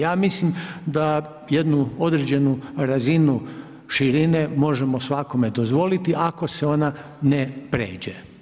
Ja mislim da jednu određenu razinu širine možemo svakome dozvoliti ako se ona ne pređe.